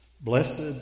Blessed